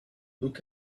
look